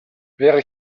wäre